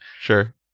Sure